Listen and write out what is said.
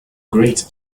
great